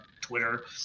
Twitter